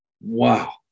Wow